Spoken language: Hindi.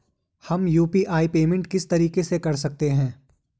हम यु.पी.आई पेमेंट किस तरीके से कर सकते हैं?